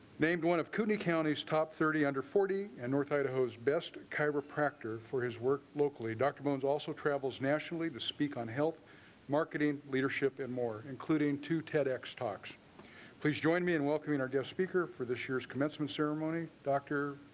named one of cuny county's top thirty under forty in north idaho's best chiropractor for his work locally. dr. bone's also travels nationally to speak on health marketing leadership and more, including two ted like stocks. please join me in welcoming our guest speaker for this year's commencement ceremony. dr.